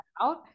out